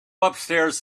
upstairs